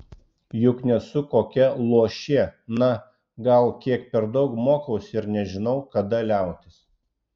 juk nesu kokia luošė na gal kiek per daug mokausi ir nežinau kada liautis